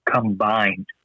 combined